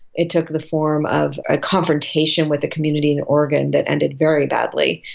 it took the form of a confrontation with the community in oregon that ended very badly.